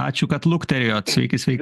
ačiū kad lukterėjot sveiki sveiki